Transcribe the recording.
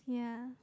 yeah